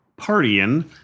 partying